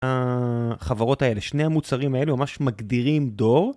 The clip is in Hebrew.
החברות האלה, שני המוצרים האלה ממש מגדירים דור